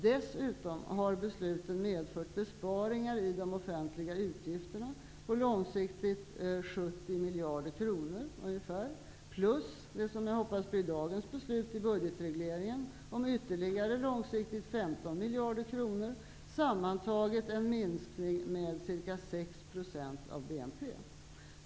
Dessutom har besluten medfört besparingar i de offentliga utgifterna på 70 miljarder kronor långsiktigt plus det som jag hoppas blir dagens beslut i budgetregleringen om ytterligare 15 miljarder kronor långsiktigt, sammantaget en minskning med ca 6 % av BNP.